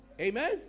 Amen